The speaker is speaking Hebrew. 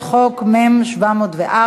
נתקבלה.